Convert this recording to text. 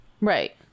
right